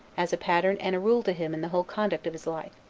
as a pattern and a rule to him in the whole conduct of his life.